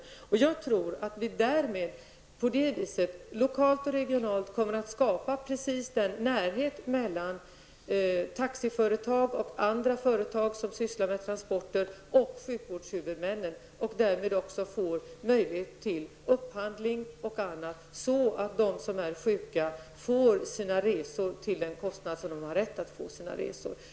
Jag tror att vi på det viset, lokalt och regionalt, kommer att skapa precis den närhet mellan taxiföretag och andra företag som sysslar med transporter och sjukvårdshuvudmännen. Vi får därmed också möjligheter till upphandling så att de som är sjuka får sina resor till den kostnad som de har rätt till.